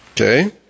Okay